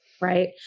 right